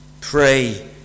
Pray